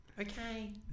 Okay